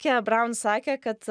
kėja braun sakė kad